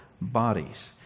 bodies